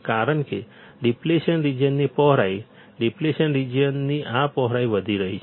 કારણ કે ડીપ્લેશન રિજિયનની પહોળાઈ ડીપ્લેશન રિજિયનની આ પહોળાઈ વધી રહી છે